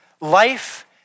life